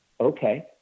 okay